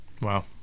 Wow